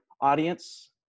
audience